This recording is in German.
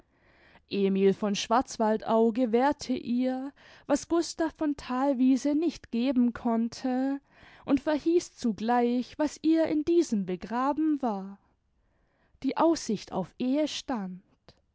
emil von schwarzwaldau gewährte ihr was gustav von thalwiese nicht geben konnte und verhieß zugleich was ihr in diesem begraben war die aussicht auf ehestand